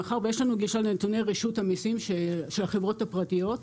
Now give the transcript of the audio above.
מאחר שיש לנו גישה לנתוני רשות המסים של החברות הפרטיות,